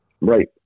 Right